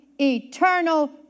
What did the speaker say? eternal